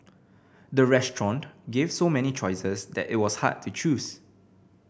the restaurant gave so many choices that it was hard to choose